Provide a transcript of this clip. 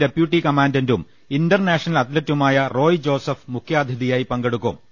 P deputy കമാന്റന്റും international അത്ലറ്റുമായ റോയ് ജോസഫ് മുഖ്യാതിഥിയായി പങ്കെടുക്കും